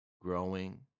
growing